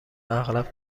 اغلب